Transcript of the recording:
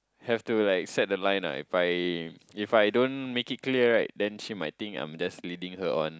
have to like set the liner if I if I don't make clear right than she might think I'm just reading her one